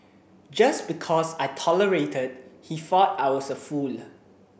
just because I tolerated he thought I was a fool